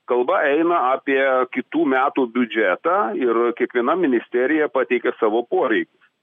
kalba eina apie kitų metų biudžetą ir kiekviena ministerija pateikia savo poreikius